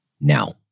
Now